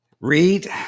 read